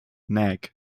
neck